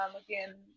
Again